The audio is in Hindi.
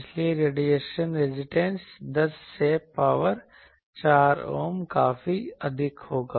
इसलिए रेडिएशन रेजिस्टेंस 10 से पावर 4 ohm काफी अधिक होगा